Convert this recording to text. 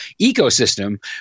ecosystem